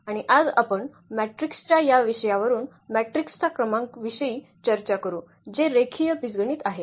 आणि आज आपण मॅट्रिक्स च्या या विषयावरुन मॅट्रिक्सचा क्रमांक विषयी चर्चा करू जे रेखीय बीजगणित आहेत